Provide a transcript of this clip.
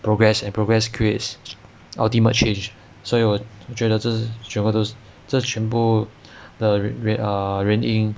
progress and progress creates ultimate change 所以我觉得这是这全部这全部的原原因